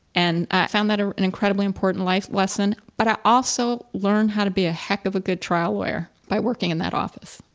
and i found that ah an incredibly important life lesson, but i also learned how to be a heck of a good trial lawyer by working in that office.